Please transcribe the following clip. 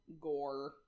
gore